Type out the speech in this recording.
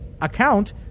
account